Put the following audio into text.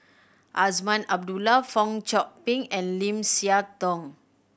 Azman Abdullah Fong Chong Pik and Lim Siah Tong